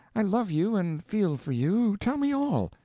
i love you, and feel for you. tell me all.